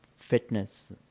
fitness